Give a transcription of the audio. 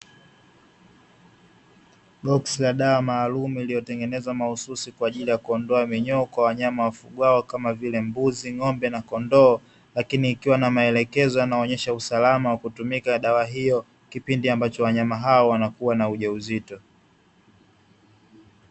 Boksi la dawa maalumu iliyotengenezwa mahususi kwa ajili ya kuondoa minyoo kwa wanyama wafugwao, kama vile: mbuzi, ng'ombe na kondoo. Lakini ikiwa na maelekezo yanayoonyesha usalama wa kutumika dawa hiyo, kipindi ambacho wanyama hao wanakua na ujauzito.